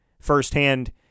firsthand